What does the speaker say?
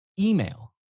email